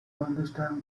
understand